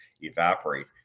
evaporate